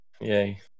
Yay